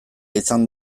izan